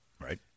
Right